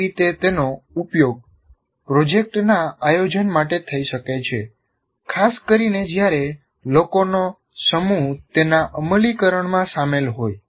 તેથી તે રીતે તેનો ઉપયોગ પ્રોજેક્ટના આયોજન માટે થઈ શકે છે ખાસ કરીને જ્યારે લોકોનો સમૂહ તેના અમલીકરણમાં સામેલ હોય